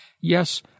Yes